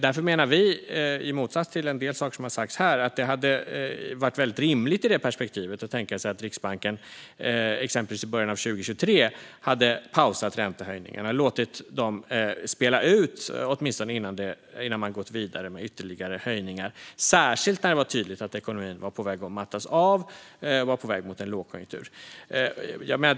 Därför menar vi i motsats till en del saker som sagts här att det hade varit väldigt rimligt i det perspektivet att tänka sig att Riksbanken exempelvis i början av 2023 hade pausat räntehöjningarna och åtminstone låtit dem spela ut innan man gick vidare med ytterligare höjningar, särskilt när det var tydligt att ekonomin var på väg att mattas av och på väg mot en lågkonjunktur.